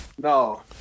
No